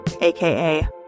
AKA